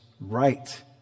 right